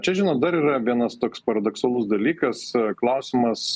čia žinot dar yra vienas toks paradoksalus dalykas klausimas